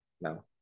No